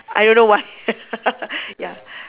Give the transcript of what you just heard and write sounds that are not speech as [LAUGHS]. I don't know why [LAUGHS] ya